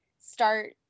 start